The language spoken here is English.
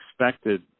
expected